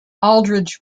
aldridge